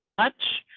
much.